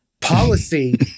policy